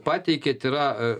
pateikėt yra